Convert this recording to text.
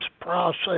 process